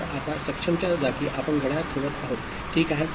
तर आता सक्षम च्या जागी आपण घड्याळ ठेवत आहोत ठीक आहे